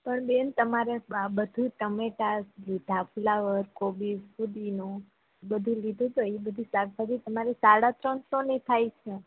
પણ બેન તમારે આ બધુ ટમેટાં જે ઢાફલા હોય કોબિઝ પુદીનો બધું લીધું તો એ બધી શાકભાજી તમારી સાડા ત્રણસોની થાય છે